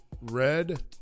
red